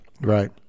Right